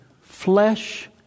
flesh